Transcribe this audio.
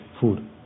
food